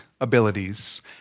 abilities